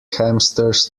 hamsters